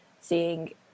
seeing